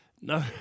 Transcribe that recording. no